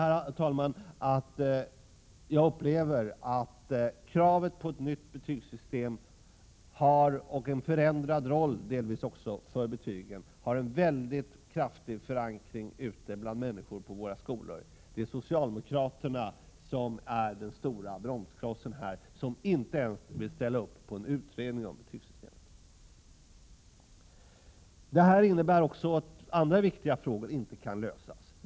1987/88:130 på ett nytt betygssystem och delvis också en förändrad roll för betygen har en 31 maj 1988 mycket stark förankring ute bland människor på våra skolor. Det är socialdemokraterna som här är den stora bromsklossen, eftersom de inte ens vill ställa upp för en utredning om betygssystemet. Detta innebär också att andra viktiga frågor inte kan lösas.